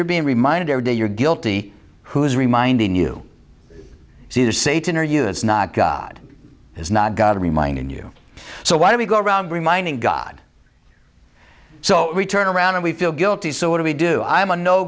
you're being reminded every day you're guilty who is reminding you see it is satan or you it's not god is not god reminding you so why do we go around reminding god so we turn around and we feel guilty so what do we do i'm a no